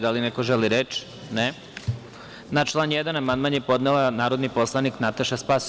Da li neko želi reč? (Ne) Na član 1. amandman je podnela narodni poslanik Nataša Sp.